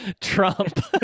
Trump